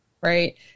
Right